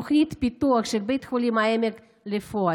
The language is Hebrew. תוכנית פיתוח של בית חולים העמק בפועל.